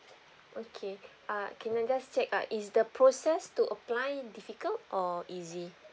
okay uh can I just check uh is the process to apply difficult or easy